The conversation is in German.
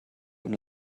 und